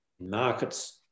markets